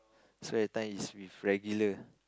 so that time is with regular